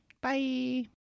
Bye